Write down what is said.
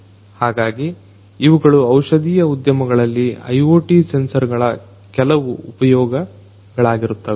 ಹಾಗಾಗಿ ಇವುಗಳು ಔಷಧಿಯ ಉದ್ಯಮಗಳಲ್ಲಿ IoT ಸೆನ್ಸರ್ಗಳ ಕೆಲವು ಉಪಯೋಗಗಳಾಗಿರುತ್ತವೆ